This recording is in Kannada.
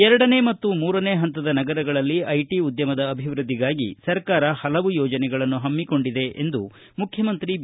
ಎರಡನೇ ಮತ್ತು ಮೂರನೇ ಹಂತದ ನಗರಗಳಲ್ಲೂ ಐಟಿ ಉದ್ದಮದ ಅಭಿವ್ದದ್ದಿಗಾಗಿ ಸರ್ಕಾರ ಹಲವು ಯೋಜನೆಗಳನ್ನು ಹಮ್ನಿಕೊಂಡಿದೆ ಎಂದು ಮುಖ್ಚಮಂತ್ರಿ ಬಿ